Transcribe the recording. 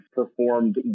performed